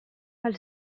had